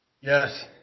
Yes